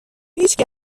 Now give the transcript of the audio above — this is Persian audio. هیچکی